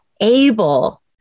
able